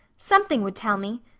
something would tell me.